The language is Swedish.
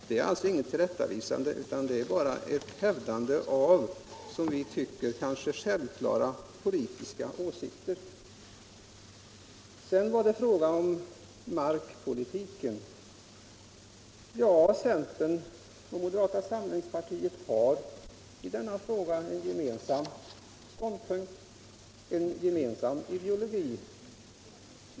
Det är alltså inget tillrättavisande utan bara ett hävdande av, som vi tycker, självklara politiska åsikter. Sedan var det fråga om markpolitiken. Centern och moderata samlingspartiet har i denna fråga en gemensam ståndpunkt, en gemensam ideologi.